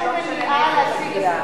אין שום מניעה להשיג.